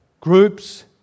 groups